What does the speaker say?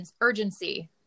urgency